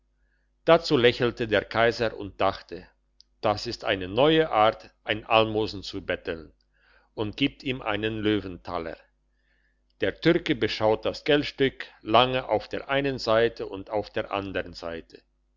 dazu lächelte der kaiser und dachte das ist eine neue art ein almosen zu betteln und gibt ihm einen löwentaler der türke beschaut das geldstück lang auf der einen seite und auf der andern seite